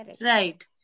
Right